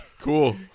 Cool